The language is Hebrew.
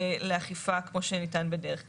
לאכיפה כמו שניתן בדרך כלל.